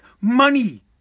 money